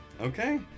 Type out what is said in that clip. Okay